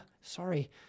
Sorry